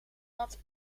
wat